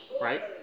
right